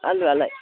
आलुआलाय